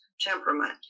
temperament